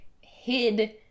hid